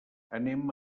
anem